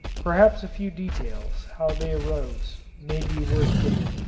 perhaps a few details how they arose may be worth giving.